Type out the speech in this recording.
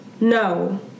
No